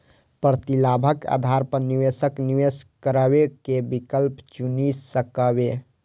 प्रतिलाभक आधार पर निवेशक निवेश करै के विकल्प चुनि सकैए